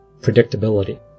predictability